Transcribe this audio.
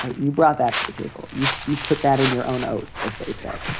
you brought that to the table. you you put that in your own notes, as they said,